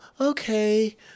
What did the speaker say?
okay